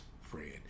friend